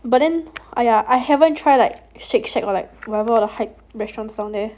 but then !aiya! I haven't try like Shake Shack or like whatever the hype restaurants down there